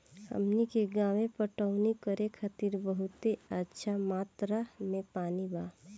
हमनी के गांवे पटवनी करे खातिर बहुत अच्छा मात्रा में पानी बा